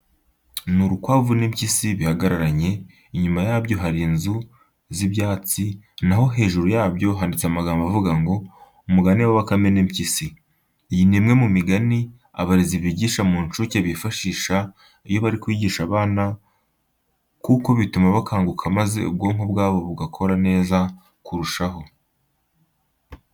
Ni urukwavu n'impyisi bihagararanye, inyuma yabyo hari inzu z'ibyatsi na ho hejuru yabyo handitse amagambo avuga ngo: "Umugani wa Bakame n'Impyisi." Iyi ni imwe mu migani abarezi bigisha mu ncuke bifashisha iyo bari kwigisha aba bana kuko bituma bakanguka maze ubwonko bwabo bugakora neza kurushaho.